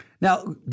Now